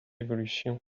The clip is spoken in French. évolution